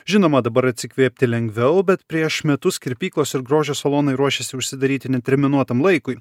žinoma dabar atsikvėpti lengviau bet prieš metus kirpyklos ir grožio salonai ruošėsi užsidaryti neterminuotam laikui